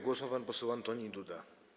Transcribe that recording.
Głos ma pan poseł Antoni Duda.